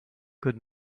good